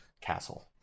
castle